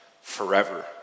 forever